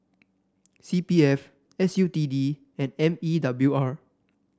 C P F S U T D and M E W R